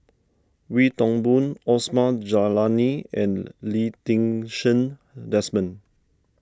Wee Toon Boon Osman Zailani and Lee Ti Seng Desmond